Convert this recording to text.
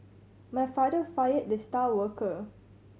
my father fired the star worker